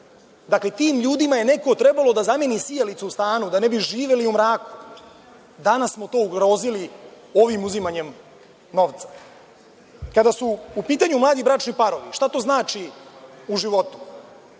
Dakle, tim ljudima je trebao neko da zameni sijalice u stanu, da ne bi živeli u mraku. Danas smo to ugrozili ovim uzimanjem novca. Kada su pitanju mladi bračni parovi, šta to znači u životu?